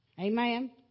Amen